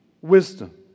wisdom